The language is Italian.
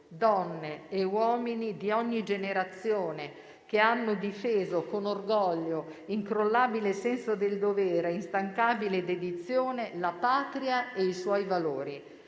donne e uomini di ogni generazione che hanno difeso con orgoglio, incrollabile senso del dovere e instancabile dedizione, la Patria e i suoi valori;